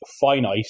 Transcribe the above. finite